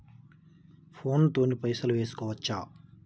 Phone తోని పైసలు వేసుకోవచ్చా?